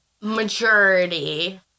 Majority